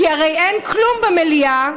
כי הרי אין כלום במליאה,